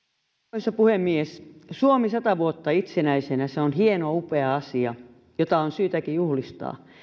arvoisa puhemies suomi sata vuotta itsenäisenä se on hieno upea asia jota on syytäkin juhlistaa